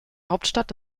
hauptstadt